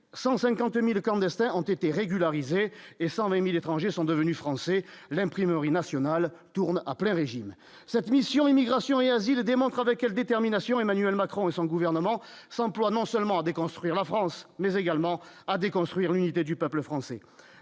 151000 clandestins ont été régularisés et 120000 étrangers sont devenus français, l'Imprimerie nationale tourne après Régine cette mission Immigration et asile démontre avec quelle détermination, Emmanuel Macron et son gouvernement s'emploie non seulement déconstruire la France mais également à déconstruire l'unité du peuple français,